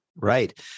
Right